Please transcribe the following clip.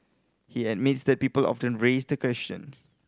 he admits that people often raise the question